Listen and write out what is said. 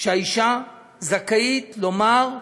שהאישה זכאית לומר: